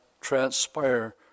transpire